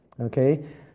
Okay